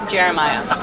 Jeremiah